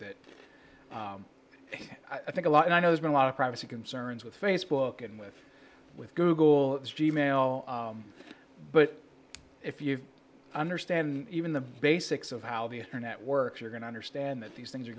that i think a lot and i know there's been a lot of privacy concerns with facebook and with with google as g mail but if you understand even the basics of how the internet works you're going to understand that these things are